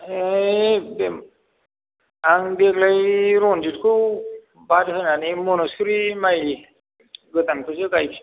अै बे आं देग्लाय रनजितखौ बाद होनानै मन'शुरि माइ गोदानखौसो गाइफिन